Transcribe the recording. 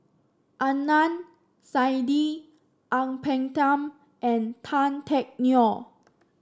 Adnan Saidi Ang Peng Tiam and Tan Teck Neo